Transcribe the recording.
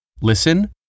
listen